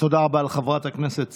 תודה רבה לחברת הכנסת סטרוק.